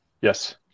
Yes